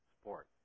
sport